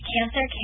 Cancer